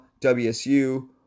WSU